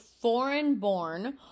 foreign-born